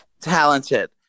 Talented